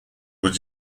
was